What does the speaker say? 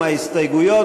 עם ההסתייגויות,